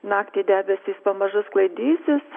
naktį debesys pamažu sklaidysis